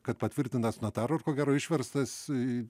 kad patvirtintas notaro ar ko gero išverstas į